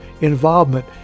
involvement